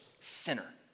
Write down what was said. sinner